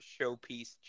showpiece